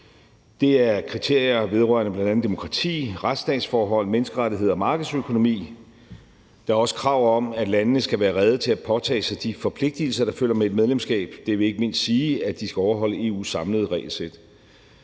Det er kriterier vedrørende bl.a. demokrati, retsstatsforhold, menneskerettigheder og markedsøkonomi. Der er også krav om, at landene skal være rede til at påtage sig de forpligtigelser, der følger med et medlemskab. Det vil ikke mindst sige, at de skal overholde EU's samlede regelsæt.